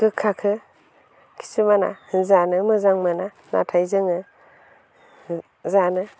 गोखाखौ खिसुमाना जानो मोजां मोना नाथाय जोङो जानो